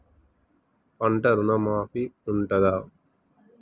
పంట ఋణం మాఫీ ఉంటదా?